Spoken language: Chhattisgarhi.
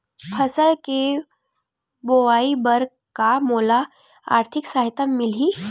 फसल के बोआई बर का मोला आर्थिक सहायता मिलही?